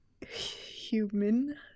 human